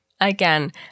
Again